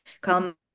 come